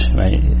right